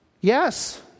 Yes